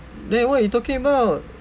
then what you talking about